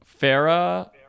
Farah